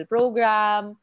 Program